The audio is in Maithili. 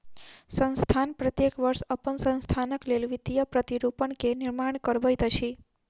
संस्थान प्रत्येक वर्ष अपन संस्थानक लेल वित्तीय प्रतिरूपण के निर्माण करबैत अछि